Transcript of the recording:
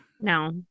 No